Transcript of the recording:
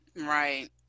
Right